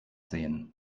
sehen